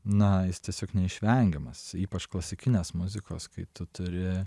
na jis tiesiog neišvengiamas ypač klasikinės muzikos kai tu turi